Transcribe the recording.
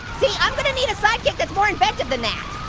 see, i'm gonna need a sidekick that's more inventive than that.